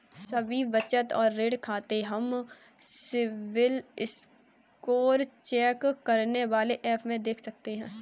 सभी बचत और ऋण खाते हम सिबिल स्कोर चेक करने वाले एप में देख सकते है